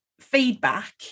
feedback